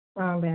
ആ വേറെ